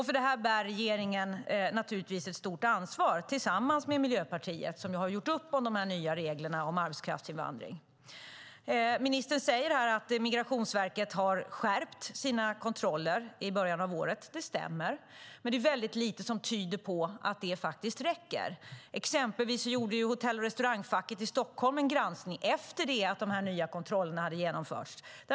För detta bär regeringen tillsammans med Miljöpartiet ett stort ansvar eftersom de har gjort upp om de nya reglerna för arbetskraftsinvandring. Ministern säger att Migrationsverket sedan början av året skärpt sina kontroller. Det stämmer. Det är dock lite som tyder på att det räcker. Exempelvis gjorde Hotell och restaurangfacket i Stockholm en granskning efter att de nya kontrollerna hade genomförts.